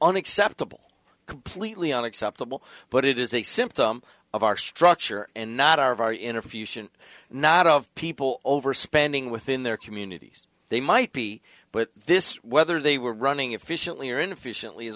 unacceptable completely unacceptable but it is a symptom of our structure and not our of our inner fusion not of people overspending within their communities they might be but this whether they were running efficiently or in